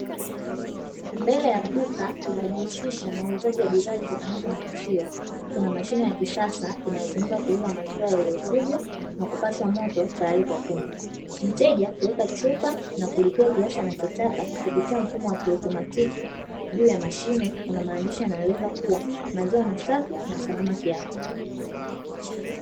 Mbele ya duka linalojihusisha na uuzaji wa bidhaa zitokanazo na maziwa, kuna mashine ya kisasa inayotumika kuuza maziwa yaliyochujwa na kupashwa moto, tayari kwa kunywa. Mteja huweka chupa na kulipia kiasi anachotaka kupitia mfumo wa kiautomatiki. Juu ya mashine kuna maandishi yanaeleza kuwa maziwa ni safi na salama kiafya.